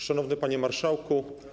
Szanowny Panie Marszałku!